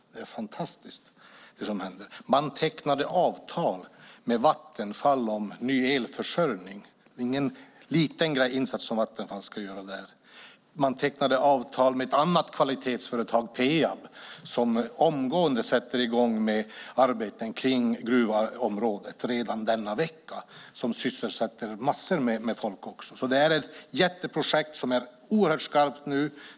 Det är fantastiskt, det som händer! Man tecknade avtal med Vattenfall om ny elförsörjning. Det är ingen liten insats som Vattenfall ska göra där. Med tecknade avtal med ett annat kvalitetsföretag, Peab, som omgående sätter i gång med arbeten kring gruvområdet redan denna vecka, som sysselsätter massor med folk. Det är alltså ett jätteprojekt som är oerhört skarpt nu.